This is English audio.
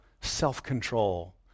self-control